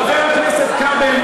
חבר הכנסת כבל,